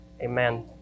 Amen